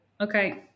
okay